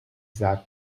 that